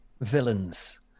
villains